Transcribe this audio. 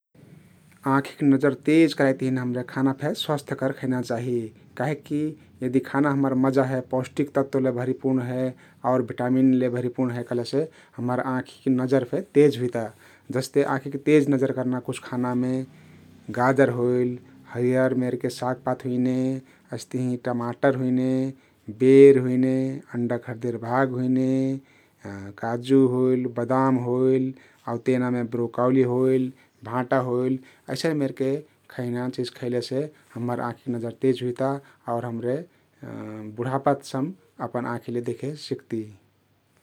आँखिक नजर तेज कराइक तहिन हम्रे खाना फेक स्वस्थ्यकर खैना चाहि कहिकी यदि खाना हम्मर मजा हे, पौष्टिक तत्वले भरिपुर्ण हे आउ भिटमिनले भरिपुर्ण हे कहलेसे हम्मर आँखिक नजर फेक तेज हुइता । जस्ते आँखिक तेज नजर कर्ना कुछ खानामे गाजर होइल, हरियर मेरके सागपात हुइने, अइस्तहिं टमाटर हुइने, बेर हुइने अन्डक हरदेर भाग हुइने, काजु होइल, बादाम होइलआउ तेनामे ब्रोकाउली होइल, भाँटा होइल अइसन मेरके खैना चिझ खैलेसे हम्मर आँखिक नजर तेज हुइता आउर हमरे बुढापा सम अपन आँखिले देखे सिक्ती ।